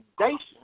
foundation